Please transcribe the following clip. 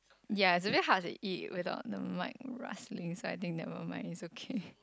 yeah it's very hard to eat whether on the mic rushing side think they will mind it's okay